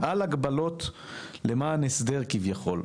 "אַל הגבלות למען הסדר כביכול.